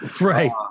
Right